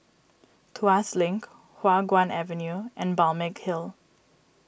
Tuas Link Hua Guan Avenue and Balmeg Hill